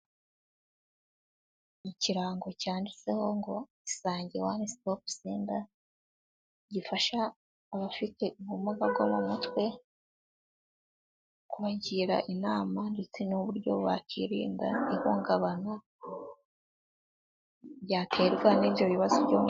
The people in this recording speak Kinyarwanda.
Ikirango cyanditseho ngo Isange One Stop Center gifasha abafite ubumuga bwo mu mutwe kubagira inama ndetse n'uburyo bakirinda ihungabana ryaterwa n'ibyo bibazo byombi.